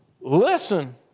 Listen